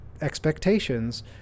expectations